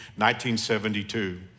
1972